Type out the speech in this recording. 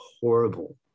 horrible